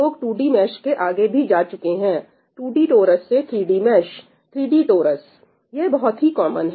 लोग 2D mesh के आगे भी जा चुके हैं 2D टोरस से 3D मैश 3D टोरस यह बहुत ही कामन है